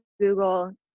Google